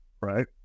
right